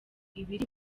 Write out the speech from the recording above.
ibiri